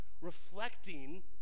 reflecting